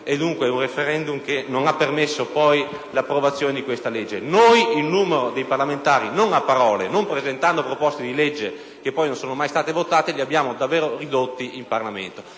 richiesto un *referendum* che non ne ha permesso l'approvazione. Noi il numero dei parlamentari - non a parole, non presentando proposte di legge che poi non sono state votate - lo abbiamo davvero ridotto in Parlamento